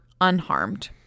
unharmed